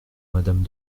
madame